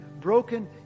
broken